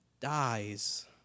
dies